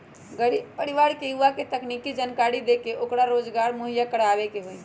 गरीब परिवार के युवा के तकनीकी जानकरी देके ओकरा रोजगार मुहैया करवावे के हई